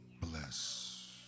bless